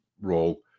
role